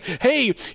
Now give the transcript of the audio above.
hey